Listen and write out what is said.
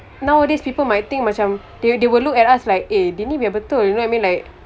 nowadays people might think macam they they will look at us like eh dia ni biar betul you know what I mean like